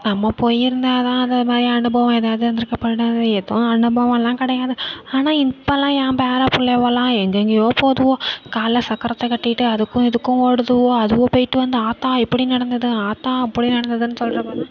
நம்ம போயிருந்தால் தான் அதை மாதிரி அனுபவம் ஏதாவுது இருந்திருக்கும் ஏதும் அனுபவலாம் கிடையாது ஆனால் இப்போல்லாம் என் பேர புள்ளைகலாம் எங்கெங்கேயோ போகுதுவோ காலில் சக்கரத்தை கட்டிக்கிட்டு அதுக்கும் இதுக்கும் ஓடுதுவோ அதுவோம் போய்ட்டு வந்து ஆத்தா இப்படி நடந்துது ஆத்தா அப்படி நடந்துதுன்னு சொல்லுறப்போலாம்